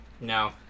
No